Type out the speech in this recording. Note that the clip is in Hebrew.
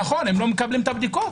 הם לא מקבלים את הבדיקות.